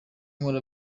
nkora